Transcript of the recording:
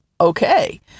okay